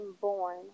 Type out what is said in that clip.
born